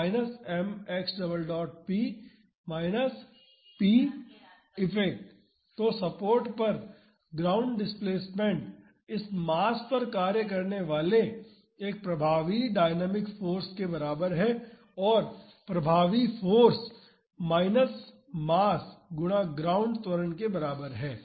तो सपोर्ट पर ground displacement इस मास पर कार्य करने वाले एक प्रभावी डायनामिक फाॅर्स के बराबर है और प्रभावी फाॅर्स माइनस मास गुणा ग्राउंड त्वरण के बराबर है